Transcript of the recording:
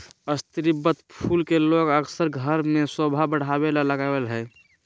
स्रीवत फूल के लोग अक्सर घर में सोभा बढ़ावे ले लगबा हइ